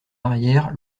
arrière